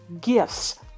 gifts